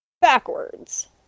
backwards